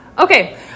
Okay